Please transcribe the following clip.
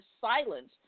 silence